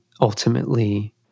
ultimately